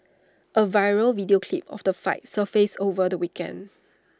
A viral video clip of the fight surfaced over the weekend